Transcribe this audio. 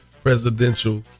presidential